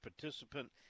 participant